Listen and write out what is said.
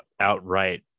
outright